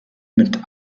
mit